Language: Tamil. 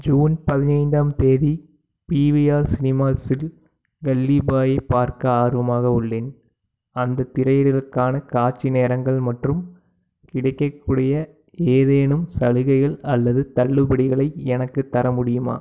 ஜூன் பதினைந்தாம் தேதி பிவிஆர் சினிமாஸ்ஸில் கல்லி பாய் பார்க்க ஆர்வமாக உள்ளேன் அந்த திரையிடலுக்கான காட்சி நேரங்கள் மற்றும் கிடைக்கக்கூடிய ஏதேனும் சலுகைகள் அல்லது தள்ளுபடிகளை எனக்கு தர்ற முடியுமா